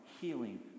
healing